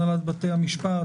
הנהלת בתי המשפט,